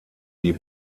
die